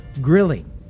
grilling